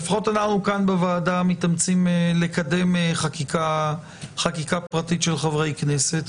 לפחות אנחנו כאן בוועדה מתאמצים לקדם חקיקה פרטית של חברי כנסת,